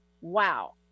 wow